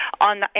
on